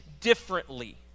differently